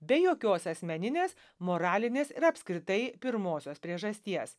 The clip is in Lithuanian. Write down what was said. be jokios asmeninės moralinės ir apskritai pirmosios priežasties